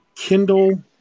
Kindle